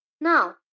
Now